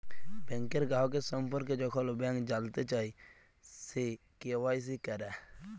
ব্যাংকের গ্রাহকের সম্পর্কে যখল ব্যাংক জালতে চায়, সে কে.ওয়াই.সি ক্যরা